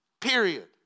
period